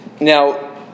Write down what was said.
now